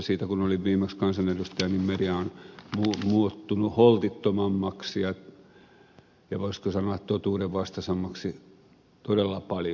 siitä kun olin viimeksi kansanedustaja media on muuttunut holtittomammaksi ja voisiko sanoa totuudenvastaisemmaksi todella paljon